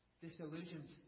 Disillusioned